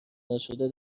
نشده